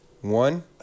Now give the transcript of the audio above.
one